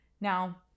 Now